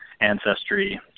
ancestry